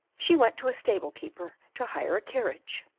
she went to a stable-keeper to hire a carriage.